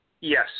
Yes